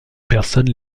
personnes